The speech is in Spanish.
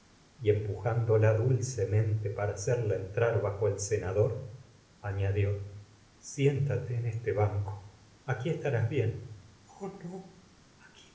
y empujándola dulcemente para hacerla entrar bajo el cenador añadió siéntate en este banco aquí estarás bien